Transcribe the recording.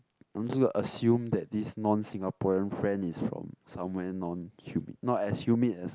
I'm just gonna assume that this non Singaporean friend is from someone non humid not as humid as